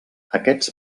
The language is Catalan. aquests